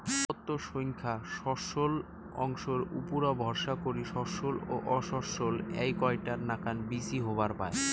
বীজপত্রর সইঙখা শস্যল অংশর উপুরা ভরসা করি শস্যল ও অশস্যল এ্যাই কয়টার নাকান বীচি হবার পায়